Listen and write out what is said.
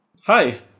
Hi